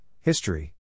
history